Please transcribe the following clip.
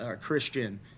Christian